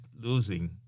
losing